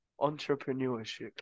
Entrepreneurship